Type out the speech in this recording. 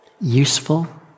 useful